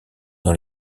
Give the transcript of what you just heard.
dans